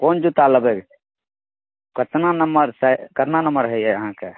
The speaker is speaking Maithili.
कोन जुत्ता लेबै कतना नम्बर साइज कतना नम्बर होइए अहाँकेँ